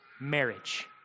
marriage